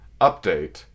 update